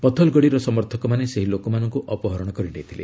ପଥଲଗଡ଼ିର ସମର୍ଥକମାନେ ସେହି ଲୋକମାନଙ୍କୁ ଅପହରଣ କରିନେଇଥିଲେ